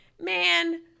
man